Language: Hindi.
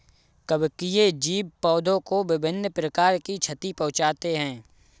कवकीय जीव पौधों को विभिन्न प्रकार की क्षति पहुँचाते हैं